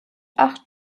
acht